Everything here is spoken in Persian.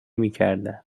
میکردن